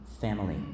family